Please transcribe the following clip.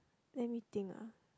let me think ah